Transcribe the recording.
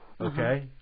okay